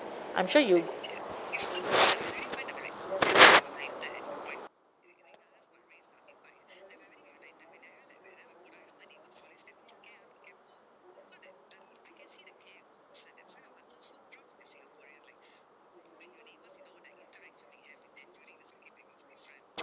I'm sure you